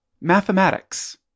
mathematics